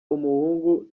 umuhungu